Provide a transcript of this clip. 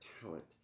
talent